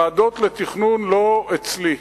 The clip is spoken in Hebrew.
ועדות לתכנון, לא אצלי.